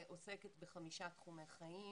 עוסקת בחמישה תחומי חיים,